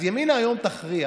אז ימינה היום תכריע